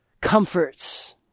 comforts